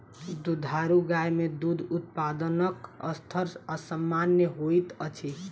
दुधारू गाय मे दूध उत्पादनक स्तर असामन्य होइत अछि